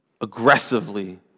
aggressively